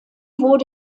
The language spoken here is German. wurde